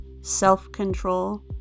self-control